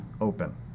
open